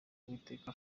uwiteka